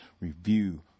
review